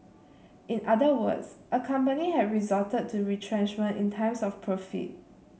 in other words a company had resorted to retrenchment in times of profit